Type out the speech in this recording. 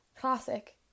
classic